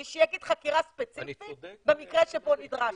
שיגיד: חקירה ספציפית במקרה שפה נדרש.